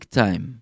time